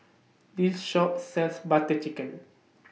This Shop sells Butter Chicken